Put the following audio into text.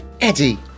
Eddie